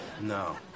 No